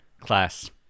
class